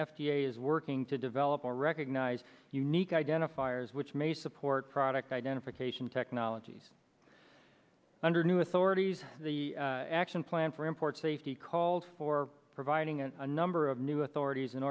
a is working to develop a recognized unique identifiers which may support product identification technologies under new authorities the action plan for import safety calls for providing a number of new authorities in